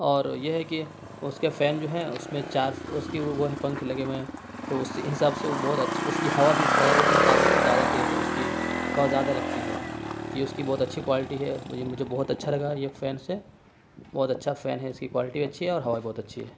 اور یہ ہے کہ اس کے فین جو ہیں اس میں چار اس کے وہ ہیں پنکھ لگے ہوئے ہیں تو اسی حساب سے وہ بہت اچھی اس کی ہوا بھی اوروں کے مقابلے میں زیادہ تیز ہے اس کی ہوا زیادہ لگتی ہے یہ اس کی بہت اچھی کوالٹی ہے مجھے مجھے بہت اچھا لگا یہ فین سے بہت اچھا فین ہے اس کی کوالٹی اچھی ہے اور ہوا بھی بہت اچھی ہے